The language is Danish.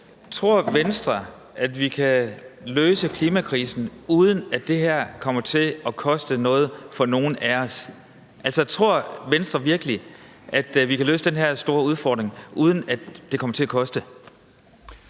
Tror Venstre, at vi kan løse klimakrisen, uden at det her kommer til at koste noget for nogen af os? Altså, tror Venstre virkelig, at vi kan løse den her store udfordring, uden at det kommer til at koste?